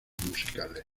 musicales